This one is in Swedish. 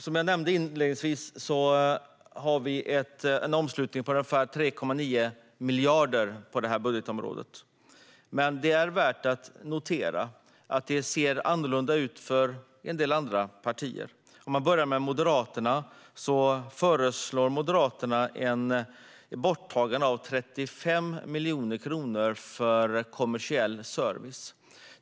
Som jag nämnde inledningsvis omsluter budgeten på detta område ungefär 3,9 miljarder. Det är värt att notera att det ser annorlunda ut för en del andra partier. Moderaterna föreslår att satsningen på 35 miljoner kronor för kommersiell service ska tas bort.